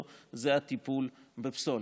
שהוא הטיפול בפסולת.